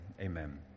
Amen